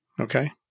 Okay